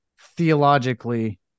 theologically